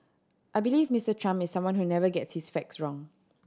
I believe Mister Trump is someone who never gets his facts wrong